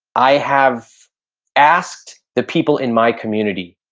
i have asked the people in my community,